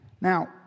Now